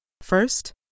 First